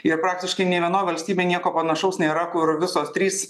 ir praktiškai nė viena valstybė nieko panašaus nėra kur visos trys